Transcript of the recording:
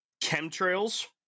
chemtrails